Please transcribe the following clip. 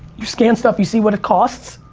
you scan stuff, you see what it costs,